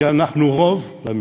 כי אנחנו רוב ומיעוט.